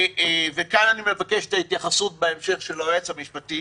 וכאן אני מבקש את ההתייחסות בהמשך של היועץ המשפטי